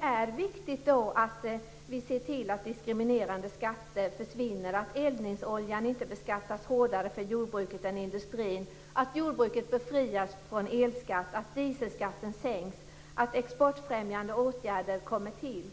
är viktigt att vi ser till att diskriminerande skatter försvinner, att eldningsoljan inte beskattas hårdare för jordbruket än för industrin, att jordbruket befrias från elskatt, att dieselskatten sänks och att exportfrämjande åtgärder kommer till.